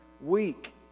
week